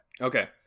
Okay